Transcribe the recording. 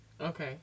Okay